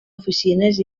oficines